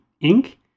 ink